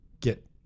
get